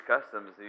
customs